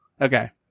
Okay